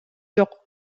жок